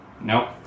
nope